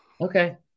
okay